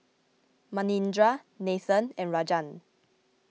Manindra Nathan and Rajan